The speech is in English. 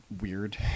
weird